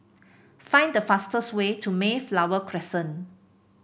find the fastest way to Mayflower Crescent